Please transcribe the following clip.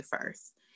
first